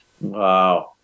Wow